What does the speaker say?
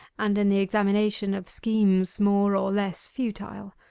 and in the examination of schemes more or less futile.